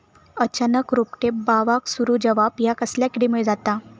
अचानक रोपटे बावाक सुरू जवाप हया कसल्या किडीमुळे जाता?